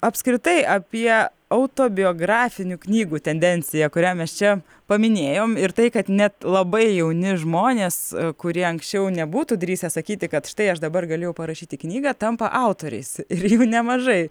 apskritai apie autobiografinių knygų tendenciją kurią mes čia paminėjom ir tai kad net labai jauni žmonės kurie anksčiau nebūtų drįsę sakyti kad štai aš dabar galėjau parašyti knygą tampa autoriais ir jų nemažai